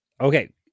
Okay